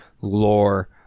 lore